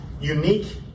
unique